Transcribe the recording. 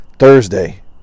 Thursday